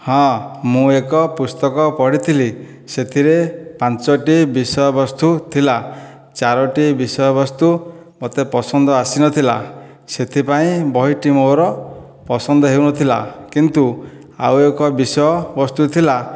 ହଁ ମୁଁ ଏକ ପୁସ୍ତକ ପଢ଼ିଥିଲି ସେଥିରେ ପାଞ୍ଚୋଟି ବିଷୟବସ୍ତୁ ଥିଲା ଚାରୋଟି ବିଷୟ ବସ୍ତୁ ମୋତେ ପସନ୍ଦ ଆସିନଥିଲା ସେଥିପାଇଁ ବହିଟି ମୋର ପସନ୍ଦ ହେଉନଥିଲା କିନ୍ତୁ ଆଉ ଏକ ବିଷୟ ବସ୍ତୁ ଥିଲା